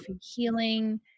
healing